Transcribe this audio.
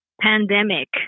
Pandemic